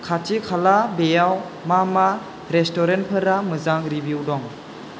खाथि खाला बेयाव मा मा रेस्ट'रेन्टफोरा मोजां रिभिउ दं